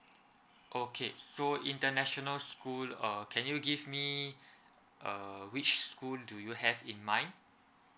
okay so international school uh can you give me uh which school do you have in mind